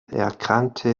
erkrankte